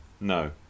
No